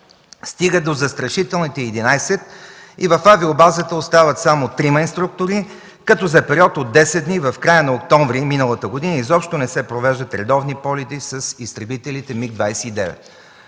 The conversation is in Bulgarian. стига до застрашителните 11 и в авиобазата остават само трима инструктори, като за период от 10 дни в края на месец октомври миналата година изобщо не се провеждат редовни полети с изтребителите МиГ-29.